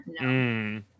No